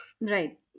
Right